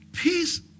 Peace